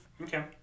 Okay